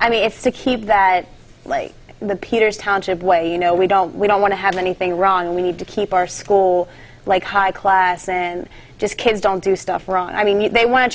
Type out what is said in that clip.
i mean it's to keep that in the peters township way you know we don't we don't want to have anything wrong we need to keep our school like high class and just kids don't do stuff wrong i mean they want to